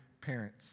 parents